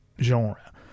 Genre